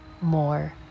more